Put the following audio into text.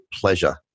pleasure